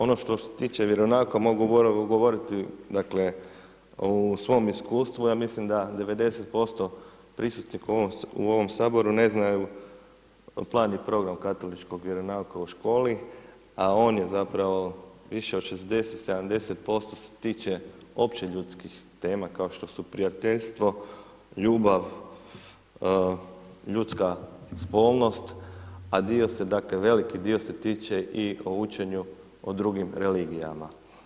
Ono što se tiče vjeronauka, mogu govoriti dakle o svom iskustvu, ja mislim da 90% prisutnih u ovom Saboru, ne zna plan i program Katoličkog vjeronauka u školi, a on je zapravo više od 60-70% se tiče općih ljudskih tema, kao što su prijateljstvo, ljubav, ljudska spolnost, a dio se dakle, veliki dio se tiče i o učenju o drugim religijama.